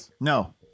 No